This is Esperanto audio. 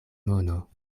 mono